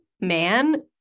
man